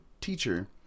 teacher